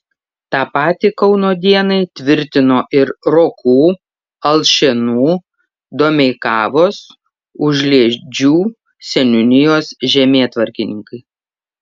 tą patį kauno dienai tvirtino ir rokų alšėnų domeikavos užliedžių seniūnijos žemėtvarkininkai